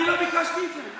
אני לא ביקשתי את זה.